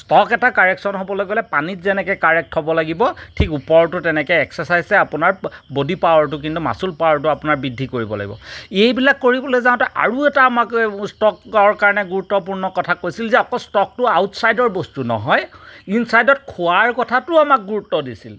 stock এটা correction হ'বলৈ গ'লে পানীত যেনেদৰে কাৰেক্ট হ'ব লাগিব ঠিক ওপৰতো তেনেকে এক্সেচাইজে আপোনাক বডি পাৱাৰটো কিন্তু মাছল পাৱাৰটো কিন্তু বৃদ্ধি কৰিব লাগিব এইবিলাক কৰিব যাওঁতে আৰু এটা আমাক ষ্টকৰ কাৰণে গুৰুত্বপূৰ্ণ কথা কৈছিল যে অকল ষ্টকটো আউটছাইডৰ বস্তু নহয় ইনছাইডত খোৱাৰ কথাটোও আমাক গুৰুত্ব দিছিল